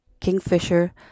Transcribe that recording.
Kingfisher